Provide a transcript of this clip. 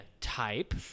type